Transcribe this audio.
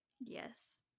yes